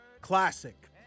classic